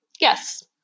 yes